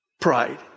pride